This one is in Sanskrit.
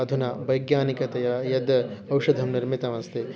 अधुना वैज्ञानिकतया यद् औषधं निर्मितमस्ति